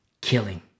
killing